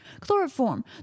chloroform